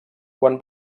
quan